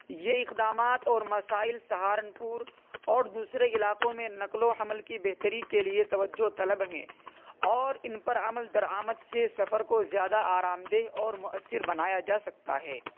یہ اقدامات اور مسائل سہارنپور اور دوسرے علاقوں میں نقل و حمل کی بہتری کے لیے توجہ طلب ہیں اور ان پر عمل درآمد سے سفر کو زیادہ آرام دہ اور موثر بنایا جا سکتا ہے